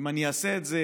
ואעשה את זה